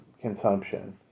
consumption